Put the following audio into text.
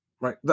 Right